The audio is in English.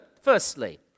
firstly